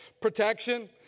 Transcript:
Protection